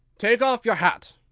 take off your hat,